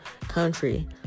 country